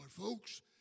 Folks